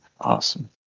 Awesome